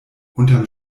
unterm